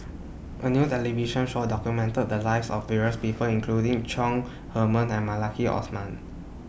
A New television Show documented The Lives of various People including Chong Heman and Maliki Osman